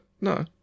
no